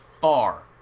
far